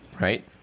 Right